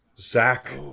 Zach